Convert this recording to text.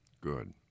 Good